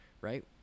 right